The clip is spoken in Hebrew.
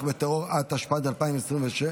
התשפ"ד 2023,